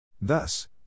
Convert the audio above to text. Thus